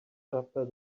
after